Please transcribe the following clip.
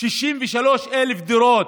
63,000 דירות.